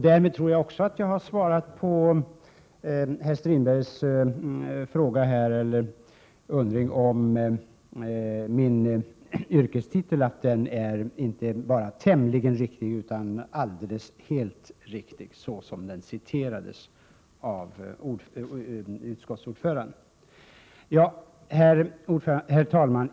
Därmed tror jag att jag också har svarat på herr Strindbergs undring om min yrkestitel, att den är inte bara tämligen riktig utan alldeles riktig så som den återgavs av utskottsordföranden. Herr talman!